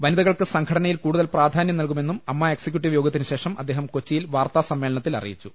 വനിതകൾക്ക് സംഘടനയിൽ കൂടുതൽ പ്രാധാന്യം നൽകുമെന്നും അമ്മ എക്സിക്യൂട്ടീവ് യോഗത്തിന് ശേഷം അദ്ദേഹം കൊച്ചി യിൽ വാർത്താ സമ്മേളനത്തിൽ അറിയിച്ചു